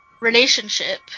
relationship